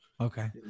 Okay